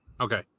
Okay